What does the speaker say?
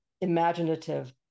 imaginative